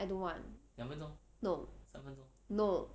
I don't want no no